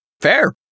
Fair